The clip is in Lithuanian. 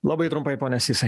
labai trumpai pone sysai